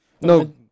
No